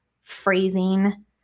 phrasing